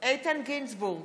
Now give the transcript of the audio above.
איתן גינזבורג,